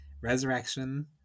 Resurrection